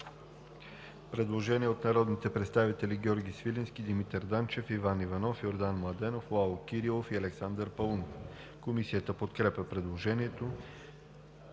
предложение от народните представители Георги Свиленски, Димитър Данчев, Иван Иванов, Йордан Младенов, Лало Кирилов и Александър Паунов. Комисията подкрепя предложението.